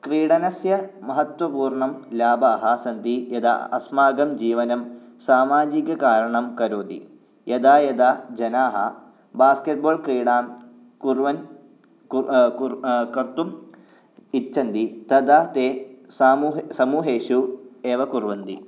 क्रीडनस्य महत्वपूर्णं लाभाः सन्ति यथा अस्माकं जीवनं सामाजिककारणं करोति यदा यदा जनाः बास्केट् बाल् क्रीडां कुर्वन् कु कुर् कर्तुं इच्छन्ति तदा ते सामूह समूहेषु एव कुर्वन्ति